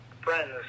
friends